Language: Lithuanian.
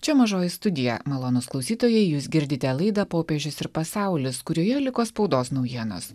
čia mažoji studija malonūs klausytojai jūs girdite laidą popiežius ir pasaulis kurioje liko spaudos naujienos